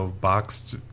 boxed